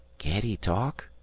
can't he talk?